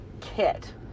kit